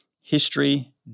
history